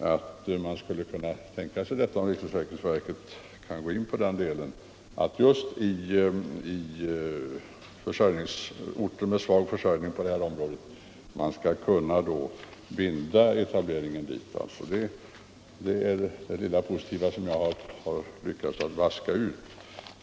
Han sade att om riksförsäkringsverket kan gå in för detta skulle man kunna tänka sig att just i orter med svag försörjning på tandvårdsområdet binda etableringen dit. Det är det enda positiva som jag har lyckats vaska ut av svaret.